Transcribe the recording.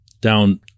down